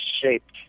shaped